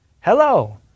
Hello